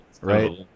right